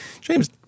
James